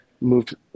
moved